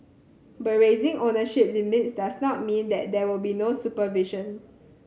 but raising ownership limits does not mean that there will be no supervision